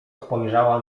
spojrzała